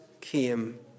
came